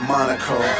Monaco